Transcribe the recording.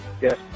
Yes